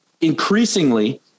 increasingly